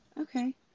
okay